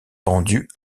pendue